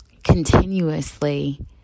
continuously